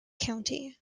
county